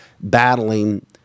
battling